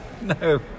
No